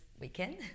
weekend